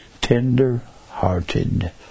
Tender-hearted